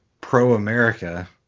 pro-America